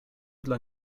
dla